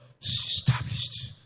Established